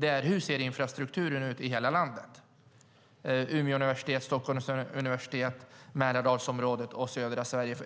är: Hur ser infrastrukturen ut i hela landet - Umeå universitet, Stockholms universitet, Mälardalsområdet och södra Sverige?